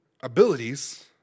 abilities